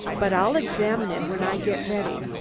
but i'll examine it when i get ready.